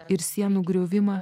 ir sienų griovimą